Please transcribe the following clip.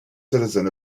citizen